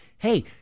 Hey